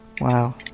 Wow